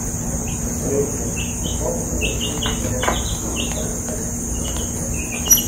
regi koks tavo žirgas neramus ar tu pats girtas